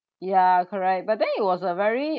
ya correct but then it was a very